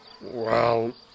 Well